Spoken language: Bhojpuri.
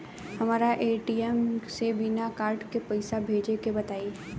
हमरा ए.टी.एम से बिना कार्ड के पईसा भेजे के बताई?